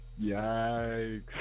yikes